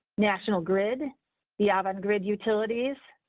national grid the and and grid utilities.